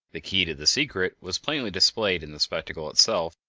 the key to the secret was plainly displayed in the spectacle itself,